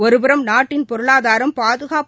ஒருபுறம் நாட்டின் பொருளாதாரம் பாதுகாப்பு